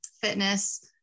fitness